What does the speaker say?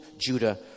Judah